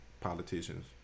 politicians